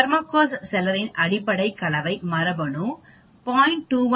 Thermococcus செலரின் அடிப்படை கலவைமரபணு சுமார் 0